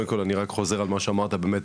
קודם כל אני רק חוזר על מה שאמרת באמת,